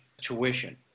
tuition